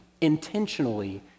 intentionally